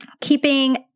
keeping